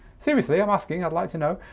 seriously i'm asking, i'd like to know.